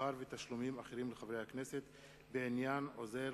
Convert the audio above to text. ותשלומים אחרים לחברי הכנסת, בעניין עוזר